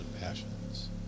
passions